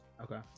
Okay